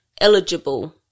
eligible